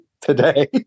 today